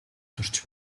сурч